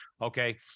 Okay